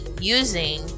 using